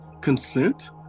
consent